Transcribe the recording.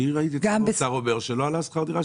אני ראיתי ששר האוצר אומר שלא עלה שכר הדירה,